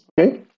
Okay